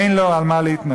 אין לו על מה להתנחם,